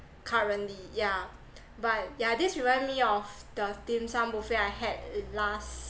currently yeah but yeah this remind me of the dim sum buffet I had last